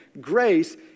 grace